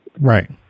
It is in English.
Right